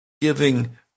giving